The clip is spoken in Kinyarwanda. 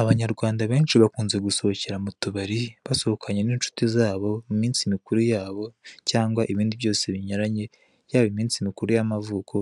Abanyarwanda benshi bakunze gusohokera mu tubari basohokanye n'inshuti zabo mu minsi mikuru yabo cyangwa ibindi byose binyuranye, yaba iminsi mukuru y'amavuko